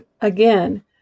again